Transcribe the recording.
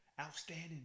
outstanding